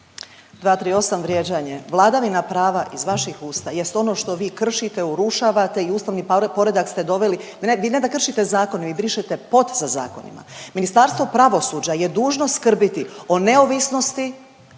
238. vrijeđanje, vladavina prava iz vaših usta jest ono što vi kršite, urušavate i ustavni poredak ste doveli, vi ne, vi ne da kršite zakon vi brišete pod sa zakonima. Ministarstvo pravosuđa je dužno skrbiti o neovisnosti,